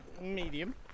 medium